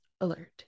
alert